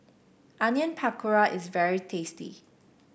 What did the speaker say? Onion Pakora is very tasty